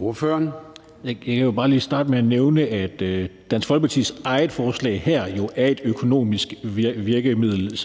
Larsen (LA): Jeg kan bare lige starte med at nævne, at Dansk Folkepartis eget forslag her jo er et økonomisk virkemiddel.